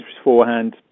beforehand